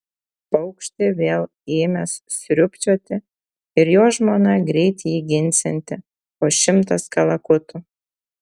paukštė vėl ėmęs sriubčioti ir jo žmona greit jį ginsianti po šimtas kalakutų